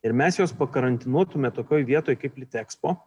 ir mes juos pakarantinuotume tokioj vietoj kaip litexpo